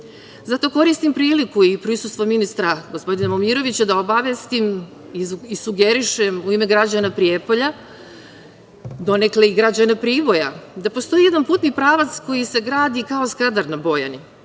Zato koristim priliku i prisustvo ministra gospodina Momirovića da obavesti i sugerišem u ime građana Prijepolja, donekle i građana Priboja, da postoji jedan putni pravac koji se gradi kao Skadar na Bojani.